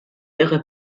ihre